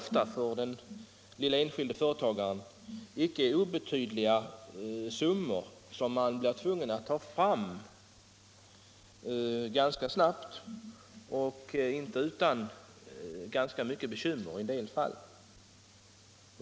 För den lille, enskilde företagaren är det ganska ofta icke obetydliga summor som han är tvungen att ta fram rätt snabbt och i en del fall inte utan bekymmer.